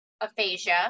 aphasia